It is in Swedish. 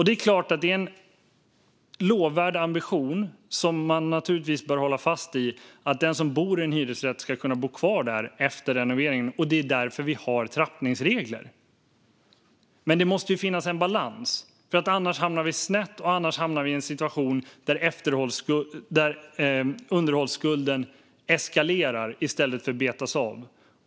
Det är klart att det är en lovvärd ambition att den som bor i en hyresrätt ska kunna bo kvar där efter renoveringen. Det bör man naturligtvis hålla fast vid. Det är därför vi har trappningsregler. Men det måste finnas en balans, annars hamnar vi snett och i en situation där underhållsskulden eskalerar i stället för att betas av.